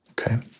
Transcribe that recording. Okay